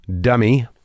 dummy